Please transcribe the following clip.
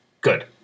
Good